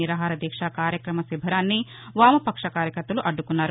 నిరాహారదీక్షా కార్యక్రమ శిబిరాన్ని వామపక్ష కార్యకర్తలు అడ్డుకున్నారు